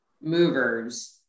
Movers